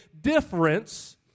difference